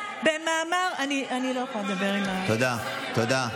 אני לא יכולה לדבר עם, תודה.